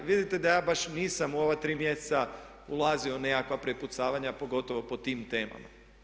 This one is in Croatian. Vidite da ja baš nisam u ova tri mjeseca ulazio u nekakva prepucavanja pogotovo po tim temama.